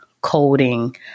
coding